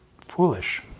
foolish